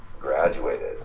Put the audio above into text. graduated